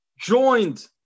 joined